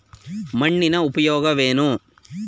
ಮಣ್ಣಿನ ಉಪಯೋಗವೇನು?